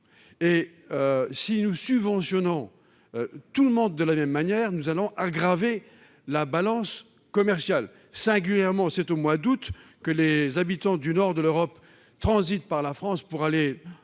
Si nous subventionnons tous les usagers de la même manière, nous allons aggraver notre balance commerciale, singulièrement au mois d'août, lorsque les habitants du nord de l'Europe, transitant par la France pour